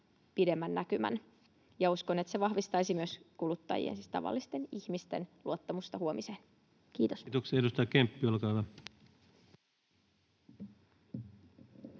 pidemmän näkymän, ja uskon, että se vahvistaisi myös kuluttajien, siis tavallisten ihmisten, luottamusta huomiseen. — Kiitos. [Speech 9] Speaker: